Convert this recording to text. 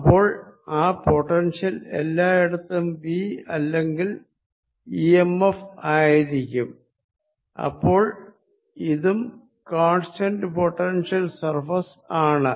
അപ്പോൾ ആ പൊട്ടൻഷ്യൽ എല്ലായിടത്തും V അല്ലെങ്കിൽ ഇ എം എഫ് ആയിരിക്കും അപ്പോൾ ഇതും കോൺസ്റ്റന്റ് പൊട്ടൻഷ്യൽ സർഫേസ് ആണ്